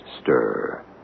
stir